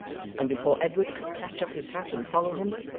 and before edward could catch up his hat and follow him,